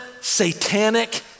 satanic